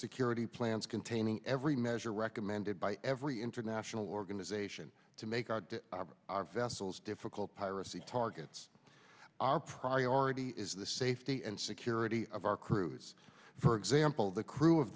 security plans containing every measure recommended by every international organization to make our vessels difficult piracy targets our i already is the safety and security of our crews for example the crew of